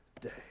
day